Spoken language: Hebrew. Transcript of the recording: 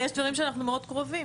ויש דברים שבהם אנחנו מאוד קרובים.